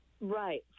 right